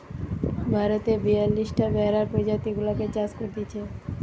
ভারতে বিয়াল্লিশটা ভেড়ার প্রজাতি গুলাকে চাষ করতিছে